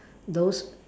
those